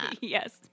Yes